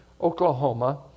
Oklahoma